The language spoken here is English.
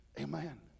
Amen